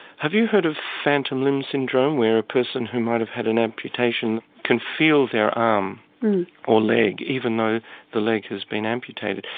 have you heard of phantom limb syndrome, where a person who might have had an amputation can feel their arm um or leg even though the leg has been amputated?